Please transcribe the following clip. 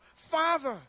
father